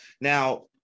Now